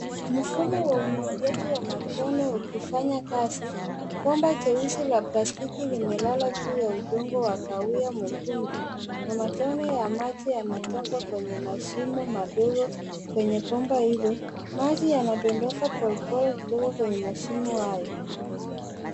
Mfumo wa umwagiliaji wa matone ukifanya kazi. Bomba jeusi la plastiki limelala juu ya udongo wa kahawia mwekundu na matone ya maji yanatoka kwenye mashimo madogo. Kwenye bomba hilo, maji yanadondoka pole pole kutoka kwenye mashimo hayo.